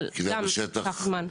אבל גם לקח זה.